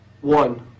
One